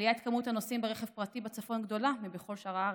עליית מספר הנוסעים ברכב פרטי בצפון גדולה מבכל שאר הארץ,